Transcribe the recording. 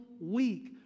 week